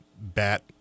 bat